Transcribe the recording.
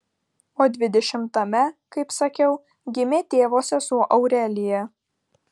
o dvidešimtame kaip sakiau gimė tėvo sesuo aurelija